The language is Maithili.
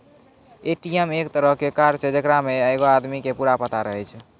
ए.टी.एम एक तरहो के कार्ड छै जेकरा मे एगो आदमी के पूरा पता रहै छै